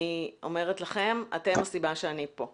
אני אומרת לכם, אתם הסיבה שאני כאן.